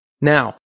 Now